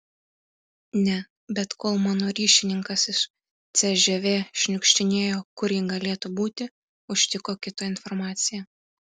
ne bet kol mano ryšininkas iš cžv šniukštinėjo kur ji galėtų būti užtiko kitą informaciją